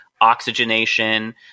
oxygenation